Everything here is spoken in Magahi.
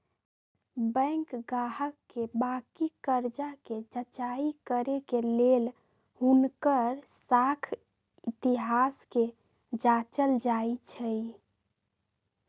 बैंक गाहक के बाकि कर्जा कें जचाई करे के लेल हुनकर साख इतिहास के जाचल जाइ छइ